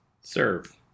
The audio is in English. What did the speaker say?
Serve